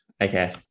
Okay